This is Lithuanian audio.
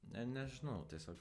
ne nežinau tiesiog